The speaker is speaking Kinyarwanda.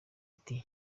ati